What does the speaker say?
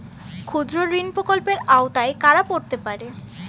ক্ষুদ্রঋণ প্রকল্পের আওতায় কারা পড়তে পারে?